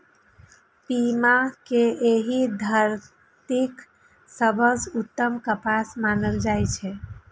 पीमा कें एहि धरतीक सबसं उत्तम कपास मानल जाइ छै